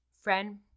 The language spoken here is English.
Friend